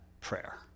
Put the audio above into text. prayer